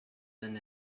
than